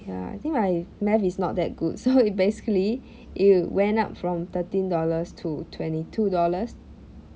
ya I think my math is not that good so it basically it went up from thirteen dollars to twenty two dollars